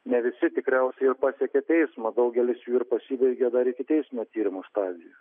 ne visi tikriausiai ir pasiekia teismą daugelis jų ir pasibaigia dar ikiteisminio tyrimo stadijoj